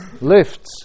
lifts